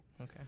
Okay